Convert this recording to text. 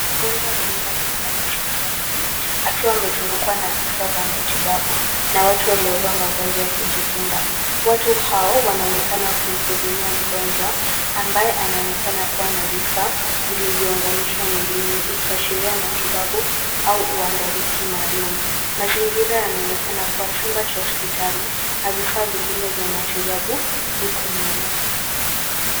Mgonjwa amelala kitandani hospitalini akiwa amezungukwa na vifaa vya matibabu na watu waliovaa mavazi ya kujikinga. Watu hao wanaonekana wakimhudumia mgonjwa ambaye anaonekana kuwa na vifaa vilivyounganishwa mwilini ikiashiria matibabu au uangalizi maalum. Mazingira yanaonekana kuwa chumba cha hospitali na vifaa vingine vya matibabu viko nyuma.